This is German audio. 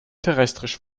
terrestrisch